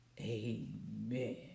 Amen